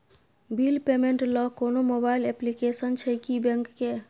Bill payment ल कोनो mobile application छै की बैंक के?